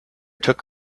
took